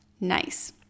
Nice